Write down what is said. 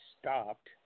stopped